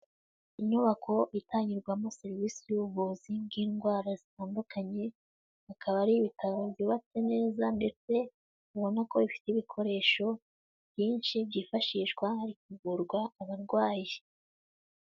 Inyubako itangirwamo serivisi z'ubuvuzi bw'indwara zitandukanye, akaba ari ibitaro byubatswe neza ndetse ubona ko ifite ibikoresho byinshi byifashishwa hari kuvurwa abarwayi.